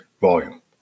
volume